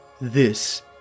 This